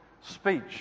speech